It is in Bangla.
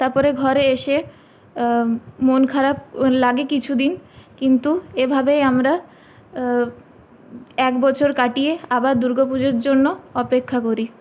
তাপরে ঘরে এসে মন খারাপ লাগে কিছুদিন কিন্তু এভাবেই আমরা এক বছর কাটিয়ে আবার দুর্গাপুজোর জন্য অপেক্ষা করি